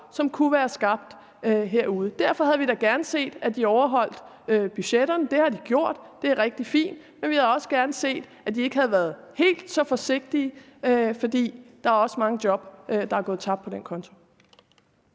kunne være skabt derude. Derfor havde vi da gerne set, at de overholdt budgetterne. Det har de gjort, det er rigtig fint, men vi havde også gerne set, at de ikke havde været helt så forsigtige, fordi der også er mange job, der er gået tabt på den konto.